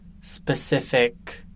specific